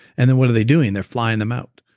and then what are they doing? they're flying them out.